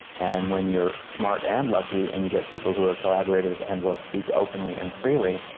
and when you're smart and lucky and you get people who are collaborators and will speak openly and freely,